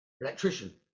electrician